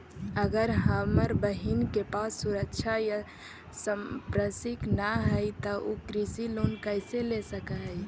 अगर हमर बहिन के पास सुरक्षा या संपार्श्विक ना हई त उ कृषि लोन कईसे ले सक हई?